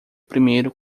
primeiro